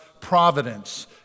providence